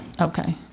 Okay